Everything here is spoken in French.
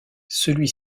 celui